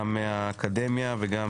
גם האקדמיה וגם